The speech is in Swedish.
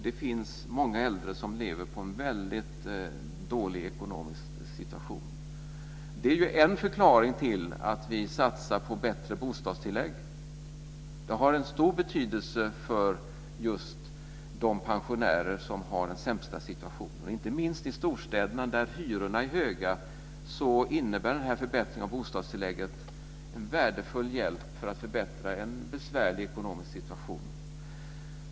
Det finns många äldre som har det väldigt dåligt ekonomiskt. Det är en förklaring till att vi satsar på höjda bostadstillägg. Det har stor betydelse för just de pensionärer som har det sämst ställt. Inte minst i storstäderna där hyrorna är höga innebär höjningen av bostadstillägget en värdefull hjälp för att förbättra en besvärlig ekonomisk situation.